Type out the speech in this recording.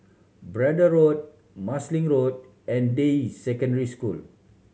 Braddell Road Marsiling Road and Deyi Secondary School